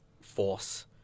force